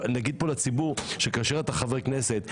נגיד פה לציבור שכאשר אתה חבר כנסת,